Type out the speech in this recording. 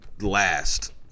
last